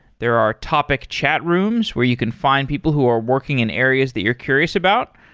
there are topic chat rooms where you can find people who are working in areas that you're curious about,